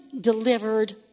delivered